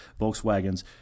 Volkswagens